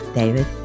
David